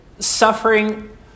suffering